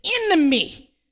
enemy